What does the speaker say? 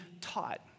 taught